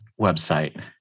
website